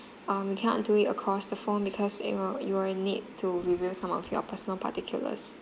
um you cannot do it across the phone because it will you will need to reveal some of your personal particulars